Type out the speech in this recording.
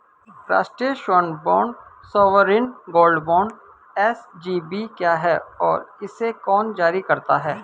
राष्ट्रिक स्वर्ण bond sovereign gold bond SGB क्या है और इसे कौन जारी करता है?